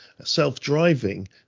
self-driving